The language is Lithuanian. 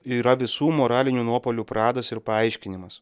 yra visų moralinių nuopuolių pradas ir paaiškinimas